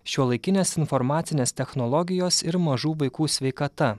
šiuolaikinės informacinės technologijos ir mažų vaikų sveikata